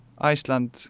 Iceland